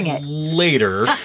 later